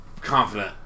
confident